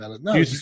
No